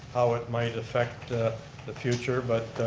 how it might affect the the future. but